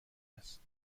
است